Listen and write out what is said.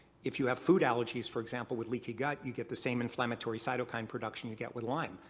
if you have food allergies, for example, with leaky gut you get the same inflammatory cytokine production you get with lyme.